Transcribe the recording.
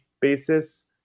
basis